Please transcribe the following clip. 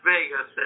Vegas